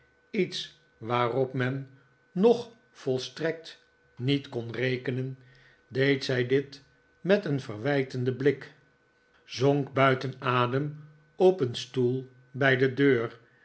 iets waarop men nog volstrekt niet kon rekenen deed zij dit met een verwijtenden blik zonk biiiten adem op een stoel bij de deur